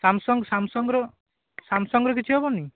Samsung ସାମସଙ୍ଗର ସାମସଙ୍ଗର କିଛି ହେବନି